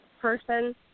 person